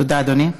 תודה, אדוני.